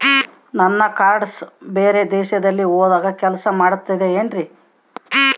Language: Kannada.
ನನ್ನ ಕಾರ್ಡ್ಸ್ ಬೇರೆ ದೇಶದಲ್ಲಿ ಹೋದಾಗ ಕೆಲಸ ಮಾಡುತ್ತದೆ ಏನ್ರಿ?